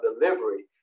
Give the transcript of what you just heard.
delivery